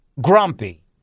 Grumpy